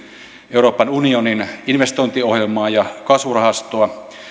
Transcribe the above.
euroopan unionin investointiohjelmaa ja kasvurahastoa